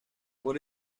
what